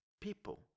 people